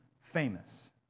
famous